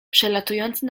przelatujący